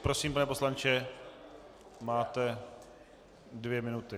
Prosím, pane poslanče, máte dvě minuty.